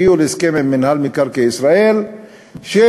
הגיעו להסכם עם מינהל מקרקעי ישראל שהולכים,